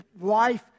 life